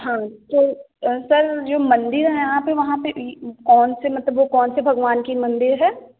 हाँ तो सर जो मंदिर है वहाँ पर वहाँ पर कौन से मतलब वो कौन से भगवान का मंदिर है